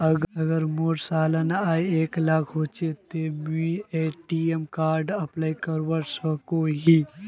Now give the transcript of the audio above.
अगर मोर सालाना आय एक लाख होचे ते मुई ए.टी.एम कार्ड अप्लाई करवा सकोहो ही?